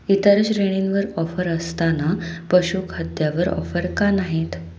इतर श्रेणींवर ऑफर असताना पशु खाद्यावर ऑफर का नाहीत